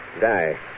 Die